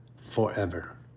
forever